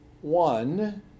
one